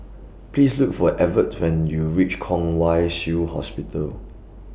Please Look For Evertt when YOU REACH Kwong Wai Shiu Hospital